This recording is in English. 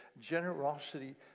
generosity